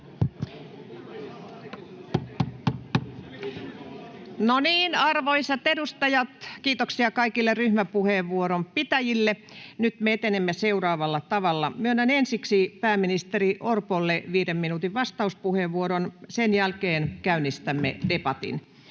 arvoisat edustajat, kiitoksia kaikille ryhmäpuheenvuoron pitäjille. Nyt me etenemme seuraavalla tavalla: Myönnän ensiksi pääministeri Orpolle viiden minuutin vastauspuheenvuoron, sen jälkeen käynnistämme debatin.